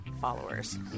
followers